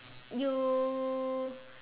you